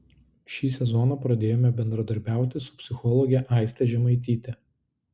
šį sezoną pradėjome bendradarbiauti su psichologe aiste žemaityte